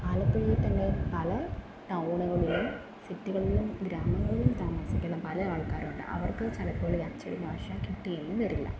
ആലപ്പുഴയിൽത്തന്നെ പല ടൗണുകളിലും സിറ്റികളിലും ഗ്രാമങ്ങളിലും താമസിക്കുന്ന പല ആൾക്കാരുണ്ട് അവർക്ക് ചിലപ്പോൾ ഈ അച്ചടി ഭാഷ കിട്ടിയെന്നും വരില്ല